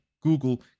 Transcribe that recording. Google